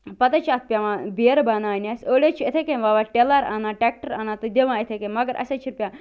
پتہٕ حظ چھِ اَتھ پیٚوان بیرٕ بناونہٕ اسہِ أڑۍ حظ چھِ یِتھٔے کٔنۍ وۄوان ٹِلر اَنان ٹرٛیٚکٹر اَنان تہٕ دِوان یِتھٔے کٔنۍ مگر اسہِ حظ چھُ پیٚوان